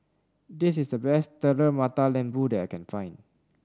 this is the best Telur Mata Lembu that I can find